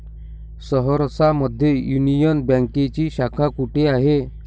सहरसा मध्ये युनियन बँकेची शाखा कुठे आहे?